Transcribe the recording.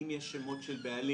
אם יש שמות של בעלים.